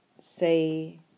say